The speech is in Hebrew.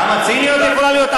כמה ציניות יכולה להיות?